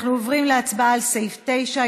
אנחנו עוברים להצבעה על סעיף 9,